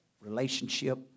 relationship